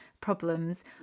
problems